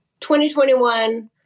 2021